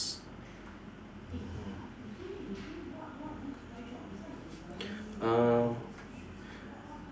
um